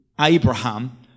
Abraham